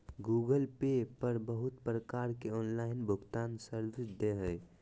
Google Pay पर बहुत प्रकार के ऑनलाइन भुगतान सर्विस दे हय